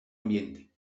ambiente